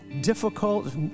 difficult